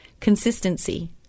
Consistency